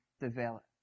develop